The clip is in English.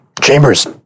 chambers